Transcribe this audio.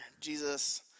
Jesus